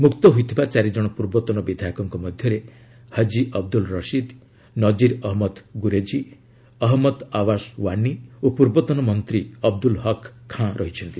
ମୁକ୍ତ ହୋଇଥିବା ଚାରିଜଣ ପୂର୍ବତନ ବିଧାୟକଙ୍କ ମଧ୍ୟରେ ହାକି ଅବଦ୍ଲ ରସିଦ ନଜିର ଅହନ୍ମଦ ଗୁରେଜୀ ମହମ୍ମଦ ଆବାସ ୱାନୀ ଓ ପୂର୍ବତନ ମନ୍ତ୍ରୀ ଅବଦୁଲ ହକ୍ ଖାଁ ରହିଛନ୍ତି